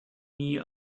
nie